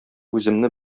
үземне